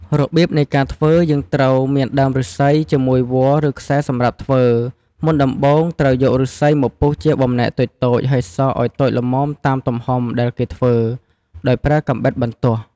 រប្រៀបនៃការធ្វើយើងត្រូវមានដើមឬស្សី ជាមួយវល្លិ៍ឬខ្សែសម្រាប់ធ្វើមុនដំបូងត្រូវយកឬស្សីមកពុះជាបំណែកតូចៗហើយសកឲ្យតូចល្មមតាមទំហំដែលគេធ្វើដោយប្រើកាំបិតបន្ទោះ។